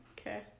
okay